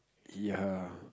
ya